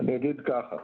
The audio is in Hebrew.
אני אגיד ככה.